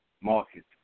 market